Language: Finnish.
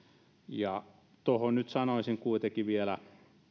siihen sanoisin kuitenkin vielä